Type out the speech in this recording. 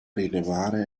rilevare